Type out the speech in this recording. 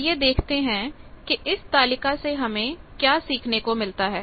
आइए देखते हैं कि इस तालिका से हमें क्या सीखने को मिलता है